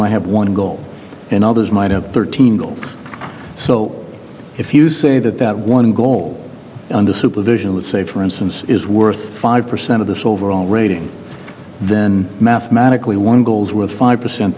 might have one goal and others might have thirteen goals so if you say that that one goal under supervision let's say for instance is worth five percent of this overall rating then mathematically one goals with five percent